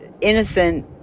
innocent